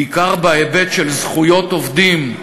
בעיקר בהיבט של זכויות עובדים,